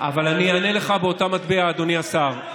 אבל אני אענה לך באותה מטבע, אדוני השר.